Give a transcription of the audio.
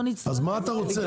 לא נצטרך --- אז מה אתה רוצה?